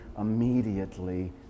immediately